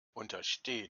untersteh